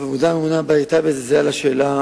חבר הכנסת